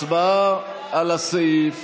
הצבעה על הסעיף.